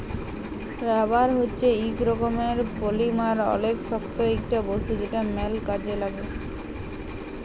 rubber হচ্যে ইক রকমের পলিমার অলেক শক্ত ইকটা বস্তু যেটা ম্যাল কাজে লাগ্যে